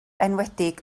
enwedig